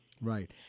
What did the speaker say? Right